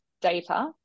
data